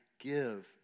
give